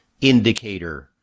indicator